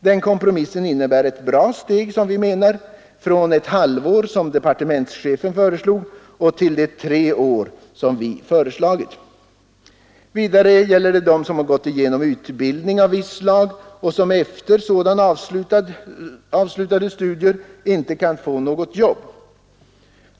Den kompromissen menar vi innebär ett bra steg från ett halvår, som departementschefen föreslog, till tre år som vi föreslagit. Vidare gäller det dem som genomgått utbildning av visst slag och som efter avslutade studier inte kan få något jobb.